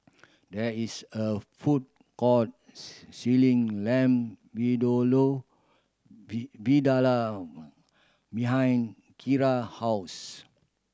there is a food court Lamb Vindaloo behind Kira house